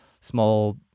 small